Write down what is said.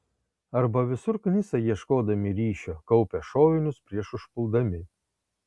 arba visur knisa ieškodami ryšio kaupia šovinius prieš užpuldami